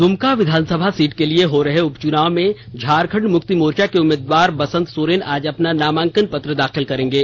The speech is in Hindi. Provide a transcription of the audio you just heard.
द्रमका विधानसभा सीट के लिए हो रहे उपचुनाव में झारखण्ड मुक्ति मोर्चा के उम्मीदवार बसंत सोरेन आज अपना नामांकन पत्र दाखिल करेंगे